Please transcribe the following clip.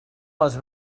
les